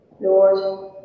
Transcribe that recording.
Lord